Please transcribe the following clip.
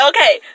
Okay